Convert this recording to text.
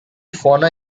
fauna